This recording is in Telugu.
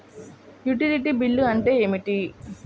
యుటిలిటీ బిల్లు అంటే ఏమిటి?